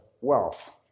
wealth